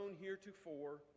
heretofore